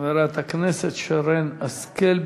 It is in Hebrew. חברת הכנסת שרן השכל.